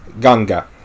ganga